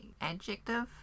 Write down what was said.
adjective